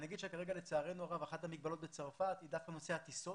כרגע לצערנו הרב אחת המגבלות בצרפת היא דווקא נושא הטיסות